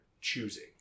choosing